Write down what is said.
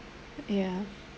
ya